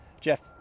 Jeff